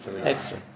Extra